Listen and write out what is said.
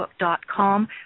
facebook.com